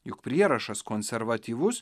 juk prierašas konservatyvus